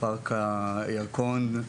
מפארק הירקון,